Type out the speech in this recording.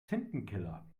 tintenkiller